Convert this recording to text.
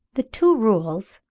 the two rules,